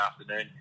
afternoon